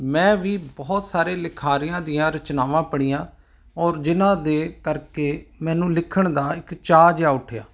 ਮੈਂ ਵੀ ਬਹੁਤ ਸਾਰੇ ਲਿਖਾਰੀਆਂ ਦੀਆਂ ਰਚਨਾਵਾਂ ਪੜ੍ਹੀਆਂ ਔਰ ਜਿਹਨਾਂ ਦੇ ਕਰਕੇ ਮੈਨੂੰ ਲਿਖਣ ਦਾ ਇੱਕ ਚਾਅ ਜਿਹਾ ਉੱਠਿਆ